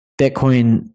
Bitcoin